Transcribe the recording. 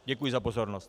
Děkuji za pozornost.